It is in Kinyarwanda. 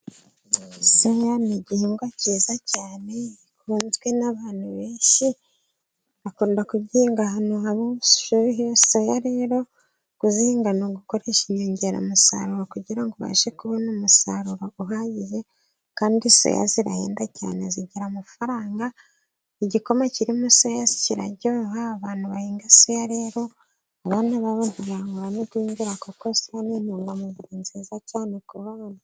Soya ni igihingwa cyiza cyane gikunzwe n'abantu benshi, bakunda kuzihinga ahantu haba ubushyuhe, soya rero kuzihinga nugukoresha inyongeramusaruro kugirango ubashe kubona umusaruro uhagije, kandi soya zirahenda cyane zigira amafaranga, igikoma kirimo soya kiraryoha, abantu bahinga soya rero, abana babo nti ntibarwara igwingira kuko soya n intungamubiri nziza cyane kubana.